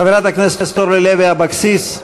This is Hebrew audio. חברת הכנסת אורלי לוי אבקסיס,